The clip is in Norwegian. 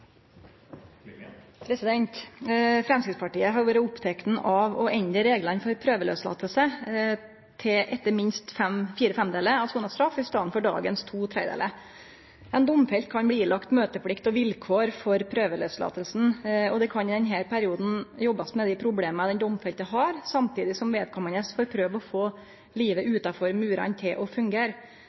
Framstegspartiet har vore oppteke av å endre reglane for prøveløslating til etter minst fire femdelar av sona straff, i staden for dagens to tredelar. Ein domfelt kan bli pålagd møteplikt og vilkår for prøveløslatinga, og ein kan i denne perioden jobbe med dei problema den domfelte har, samtidig som vedkommande skal prøve å få livet utanfor murane til å fungere.